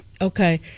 Okay